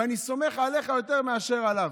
ואני סומך עליך יותר מאשר עליו,